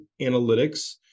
analytics